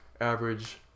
average